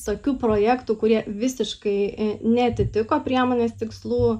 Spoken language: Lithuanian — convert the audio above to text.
visokių projektų kurie visiškai neatitiko priemonės tikslų